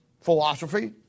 Philosophy